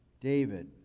David